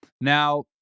Now